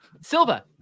Silva